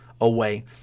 away